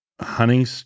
hunting